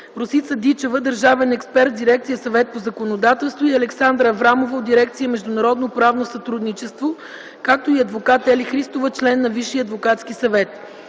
Росица Дичева – държавен експерт в Дирекция „Съвет по законодателство”, Александра Аврамова от Дирекция „Международноправно сътрудничество”, както и адвокат Ели Христова – член на Висшия адвокатски съвет.